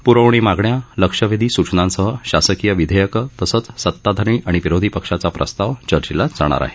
प्रवणी मागण्या लक्षवेधीसूचनासह शासकीय विधेयके तसंच सताधारी आणि विरोधी पक्षाचा प्रस्ताव चर्चीला जाणार आहे